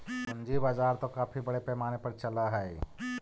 पूंजी बाजार तो काफी बड़े पैमाने पर चलअ हई